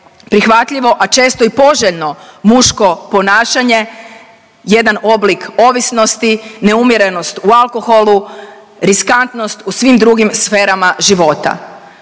prihvatljivo, a često i poželjno muško ponašanje jedan oblik ovisnosti, neumjerenost u alkoholu, riskantnost u svim drugim sferama života.